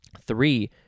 Three